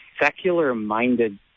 secular-minded